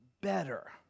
Better